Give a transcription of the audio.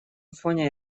фоне